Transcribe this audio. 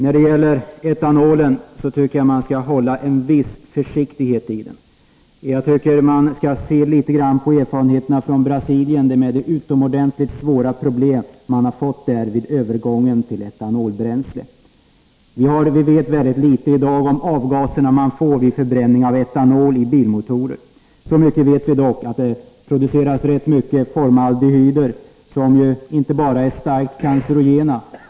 Beträffande etanol tycker jag att man skall vara litet försiktig. Jag tycker att vi skall se litet på erfarenheterna ifrån Brasilien och de utomordentligt svåra problem som man har fått där vid övergången till etanolbränsle. Vi vet i dag mycket litet om de avgaser man får vid förbränning av etanol i bilmotorer. Så mycket vet vi dock att det produceras rätt mycket formaldehyder, som är starkt cancerogena.